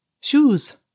shoes